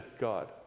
God